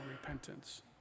repentance